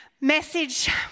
message